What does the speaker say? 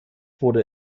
wurde